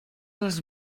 les